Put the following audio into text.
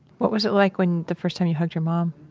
what was it like when the first time you hugged your mom?